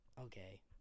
Okay